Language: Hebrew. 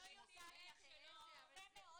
יפה מאוד.